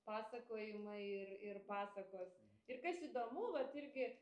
pasakojimai ir ir pasakos ir kas įdomu vat irgi